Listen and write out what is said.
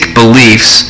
beliefs